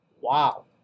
Wow